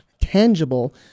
tangible